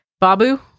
Babu